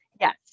Yes